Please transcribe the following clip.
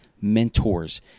mentors